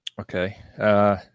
Okay